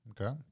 Okay